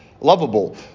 lovable